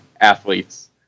athletes